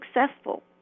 successful